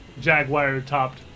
jaguar-topped